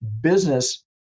business